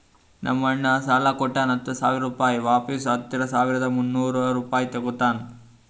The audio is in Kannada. ನಮ್ ಅಣ್ಣಾ ಸಾಲಾ ಕೊಟ್ಟಾನ ಹತ್ತ ಸಾವಿರ ರುಪಾಯಿ ವಾಪಿಸ್ ಹತ್ತ ಸಾವಿರದ ಮುನ್ನೂರ್ ರುಪಾಯಿ ತಗೋತ್ತಾನ್